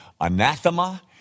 anathema